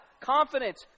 confidence